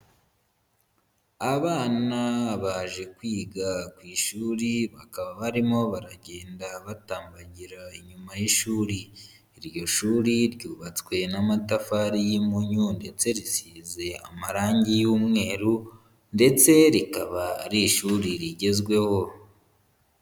Abana baje kwiga ku ishuri bakaba barimo baragenda batambagira inyuma y'ishuri, iryo shuri ryubatswe n'amatafari y'impunyu ndetse risize amarange y'umweru ndetse rikaba ari ishuri rigezweho.